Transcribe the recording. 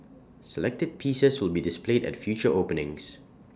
selected pieces will be displayed at future openings